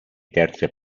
terze